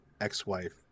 ex-wife